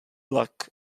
luck